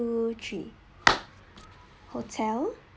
two three hotel